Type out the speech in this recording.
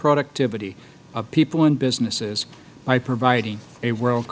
productivity of people and businesses by providing a world